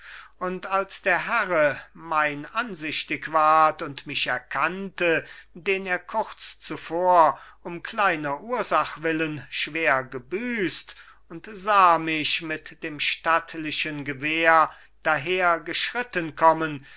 und als der herre mein ansichtig ward und mich erkannte den er kurz zuvor um kleiner ursach willen schwer gebüsst und sah mich mit dem stattlichen gewehr dahergeschritten kommen